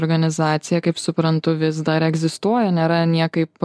organizacija kaip suprantu vis dar egzistuoja nėra niekaip